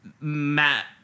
Matt